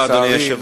לצערי,